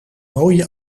mooie